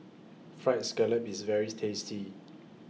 Fried Scallop IS very tasty